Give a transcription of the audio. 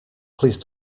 please